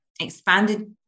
expanded